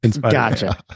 Gotcha